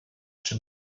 czy